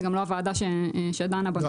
זו גם לא הוועדה שדנה בנושא הזה.